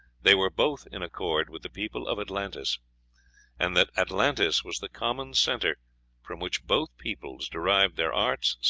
they were both in accord with the people of atlantis and that atlantis was the common centre from which both peoples derived their arts,